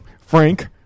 Frank